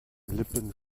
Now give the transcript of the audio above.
lippen